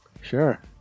Sure